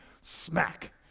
smack